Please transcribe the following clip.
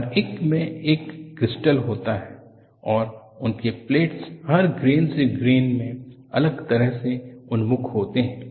हर एक में एक क्रिस्टल होता है और उनके प्लेन्स हर ग्रेन से ग्रेन मे अलग तरह से उन्मुख होते हैं